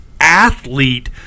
athlete